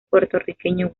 puertorriqueño